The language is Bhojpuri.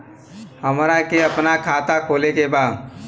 हमरा के अपना खाता खोले के बा?